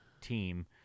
team